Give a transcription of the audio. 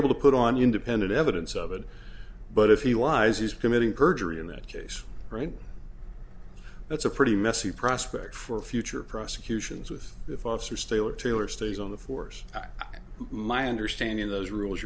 able to put on independent evidence of it but if he ys he's committing perjury in that case right that's a pretty messy prospect for future prosecutions with if officer staler taylor stays on the force my understanding of those rules